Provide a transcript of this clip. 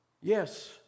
Yes